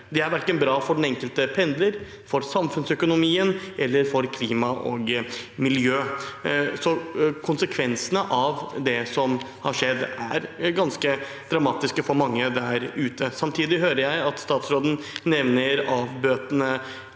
Det er verken bra for den enkelte pendler, for samfunnsøkonomien eller for klimaet og miljøet. Konsekvensene av det som har skjedd, er ganske dramatiske for mange der ute. Samtidig hører jeg at statsråden nevner avbøtende